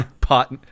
pot